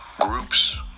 groups